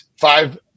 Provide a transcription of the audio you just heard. five